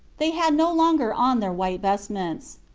they had no longer on their white vestments.